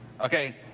Okay